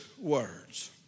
words